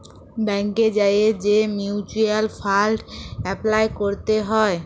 ব্যাংকে যাঁয়ে যে মিউচ্যুয়াল ফাল্ড এপলাই ক্যরতে হ্যয়